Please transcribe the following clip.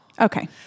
Okay